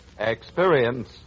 Experience